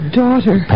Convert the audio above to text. daughter